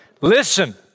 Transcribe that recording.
Listen